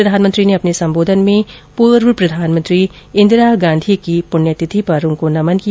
प्रधानमंत्री ने अपने संबोधन में पूर्व प्रधानमंत्री इंदिरा गांधी की पुण्यतिथि पर उनको नमन किया